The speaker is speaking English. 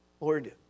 Lord